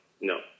no